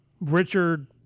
Richard